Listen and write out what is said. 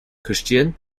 christian